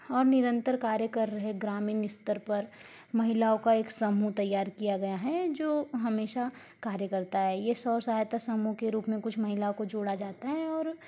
और निरंतर कार्य कर रहे ग्रामीण स्तर पर महिलाओं का एक समूह तैयार किया गया है जो हमेशा कार्य करता है ये स्व सहायता समूह के रूप में कुछ महिलाओं को जोड़ा जाता है और